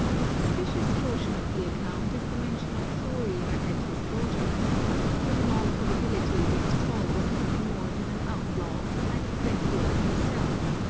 the suspicious portion of the account is the mention of thorir and his daughters but in all probability this troll was nothing more than an out law, like grettir himself,